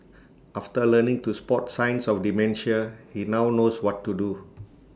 after learning to spot signs of dementia he now knows what to do